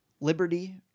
Liberty